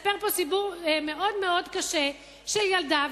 לספר פה סיפור מאוד מאוד קשה של ילדה,